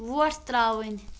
وۄٹھ ترٛاوٕنۍ